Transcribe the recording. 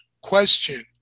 question